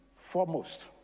foremost